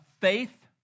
faith